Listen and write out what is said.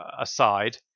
aside